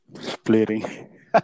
splitting